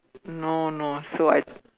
no no so I